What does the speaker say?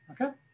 okay